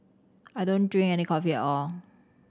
I don't drink any coffee at all